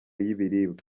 y’ibiribwa